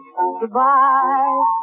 Goodbye